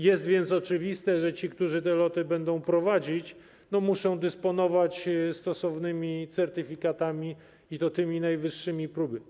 Jest więc oczywiste, że ci, którzy te loty będą prowadzić, muszą dysponować stosownymi certyfikatami i to tymi najwyższej próby.